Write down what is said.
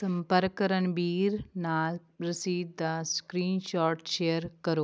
ਸੰਪਰਕ ਰਣਬੀਰ ਨਾਲ ਰਸੀਦ ਦਾ ਸਕ੍ਰੀਨਸ਼ੋਟ ਸ਼ੇਅਰ ਕਰੋ